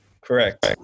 correct